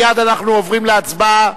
מייד אנחנו עוברים להצבעה.